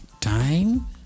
Time